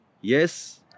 Yes